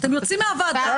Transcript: אתם יוצאים מהוועדה,